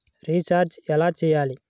Recharge ఎలా చెయ్యాలి?